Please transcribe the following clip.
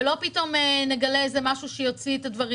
ולא נגלה פתאום משהו שיוציא את הדברים.